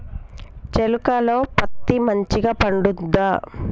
చేలుక లో పత్తి మంచిగా పండుద్దా?